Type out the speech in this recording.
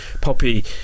Poppy